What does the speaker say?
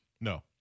No